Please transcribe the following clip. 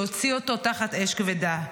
שהוציא אותו תחת אש כבדה.